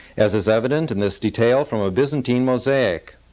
as is evident in this detail from a byzantine mosaic.